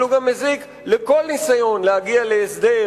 אבל הוא גם מזיק לכל ניסיון להגיע להסדר